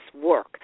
work